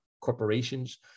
corporations